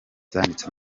zanditse